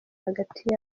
hagati